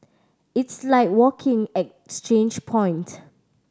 it's like walking exchange point